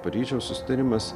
paryžiaus susitarimas